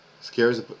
scares